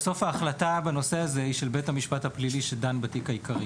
בסוף ההחלטה על הנושא הזה היא של בית המשפט הפלילי שדן בתיק העיקרי,